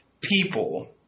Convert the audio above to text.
people